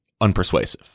unpersuasive